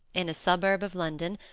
in a suburb of london,